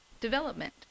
development